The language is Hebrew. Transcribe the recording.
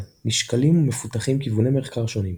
נשקלים ומפותחים כיווני מחקר שונים.